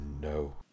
no